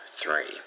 three